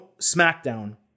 SmackDown